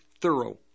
thorough